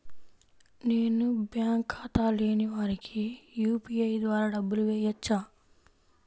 నేను బ్యాంక్ ఖాతా లేని వారికి యూ.పీ.ఐ ద్వారా డబ్బులు వేయచ్చా?